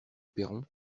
perron